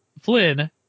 Flynn